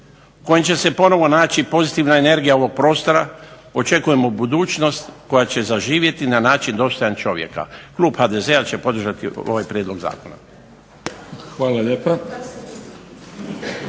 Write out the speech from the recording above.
u kojem će se ponovo naći pozitivna energija ovog prostora, očekujemo budućnost koja će zaživjeti na način dostojan čovjeka. Klub HDZ-a će podržati ovaj prijedlog zakona.